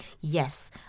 yes